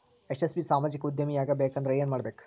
ಯಶಸ್ವಿ ಸಾಮಾಜಿಕ ಉದ್ಯಮಿಯಾಗಬೇಕಂದ್ರ ಏನ್ ಮಾಡ್ಬೇಕ